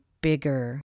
bigger